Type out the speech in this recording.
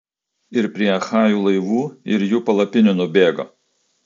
ir prie achajų laivų ir jų palapinių nubėgo